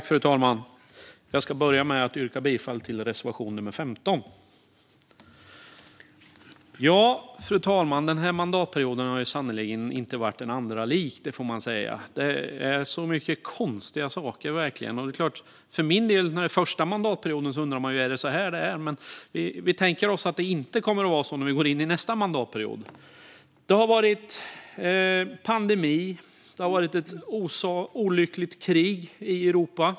Fru talman! Jag börjar med att yrka bifall till reservation nummer 15. Fru talman! Den här mandatperioden har sannerligen inte varit lik någon annan. Det har hänt så mycket konstiga saker. Eftersom det för min del är den första mandatperioden kan jag ju undra om det är så här det är. Men vi tänker oss att det inte kommer att vara så här nästa mandatperiod. Det har varit pandemi, och det pågår ett olyckligt krig i Europa.